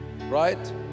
right